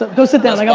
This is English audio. ah go sit down, i got